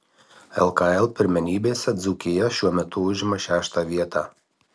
lkl pirmenybėse dzūkija šiuo metu užima šeštą vietą